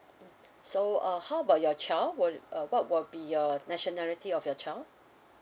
so uh how about your child will uh what will be your nationality of your child